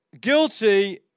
guilty